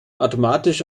automatisch